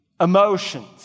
emotions